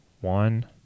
One